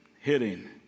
hitting